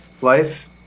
life